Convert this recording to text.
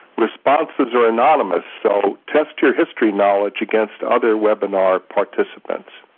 responses are anonymous, so test your history knowledge against other webinar participants.